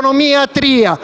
dell'economia Tria,